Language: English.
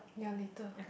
ya later